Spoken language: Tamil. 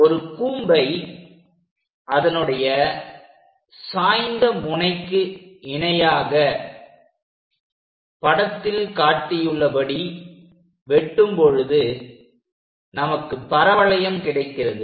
ஒரு கூம்பை அதனுடைய சாய்ந்த முனைக்கு இணையாக படத்தில் காட்டியுள்ளபடி வெட்டும் பொழுது நமக்கு பரவளையம் கிடைக்கிறது